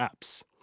apps